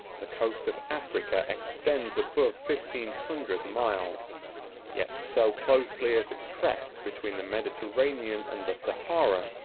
the coast of africa extends above fifteen hundred miles yet so closely is it pressed between the mediterranean and the sahara,